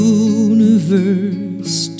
universe